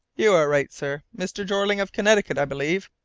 you are right, sir mr. jeorling, of connecticut, i believe?